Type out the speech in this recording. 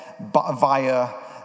via